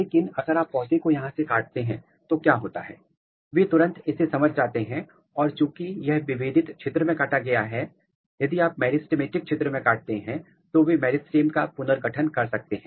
लेकिन अगर आप पौधे को यहां से काटते हैं तो क्या होता है वे तुरंत इसे समझ जाते हैं और चूंकि यह विभेदित क्षेत्र में काटा गया है यदि आप मेरिस्टेमेटिक क्षेत्र में काटते हैं तो वे मेरिस्टेम का पुनर्गठन कर सकते हैं